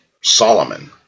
Solomon